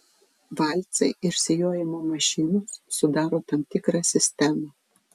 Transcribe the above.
valcai ir sijojimo mašinos sudaro tam tikrą sistemą